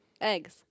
Eggs